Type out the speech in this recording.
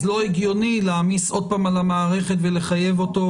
לא הגיוני להעמיס עוד פעם על המערכת ולחייב אותו.